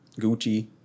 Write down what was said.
Gucci